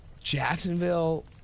Jacksonville